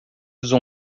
usa